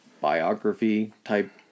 biography-type